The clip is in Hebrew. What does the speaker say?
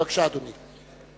בבקשה, אדוני.